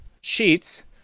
Sheets